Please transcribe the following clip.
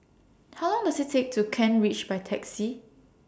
How Long Does IT Take to Kent Ridge By Taxi